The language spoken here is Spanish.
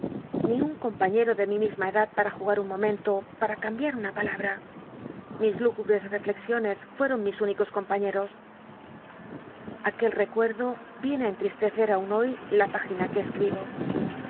ni un compaiícro de mi misma edad para jug ll un momento para cambiar una palabra mis h'rgubres rcllcxionc fueron mis únicos conrpaiíeros aquel recuerdo iene i erllrislecer au n hoy la p igina que escribo